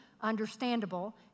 understandable